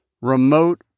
remote